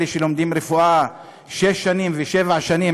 ואלה שלומדים רפואה זה שש שנים ושבע שנים,